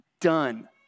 Done